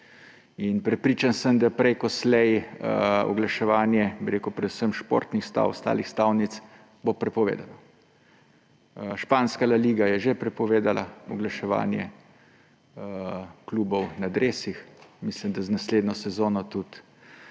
In prepričan sem, da prejkoslej oglaševanje, predvsem športnih stav, ostalih stavnic, bo prepovedano. Španska La Liga je že prepovedala oglaševanje klubov na dresih, mislim, da z naslednjo sezono tudi